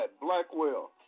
Blackwell